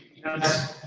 yes.